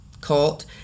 cult